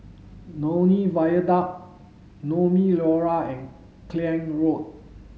Lornie Viaduct Naumi Liora Klang Road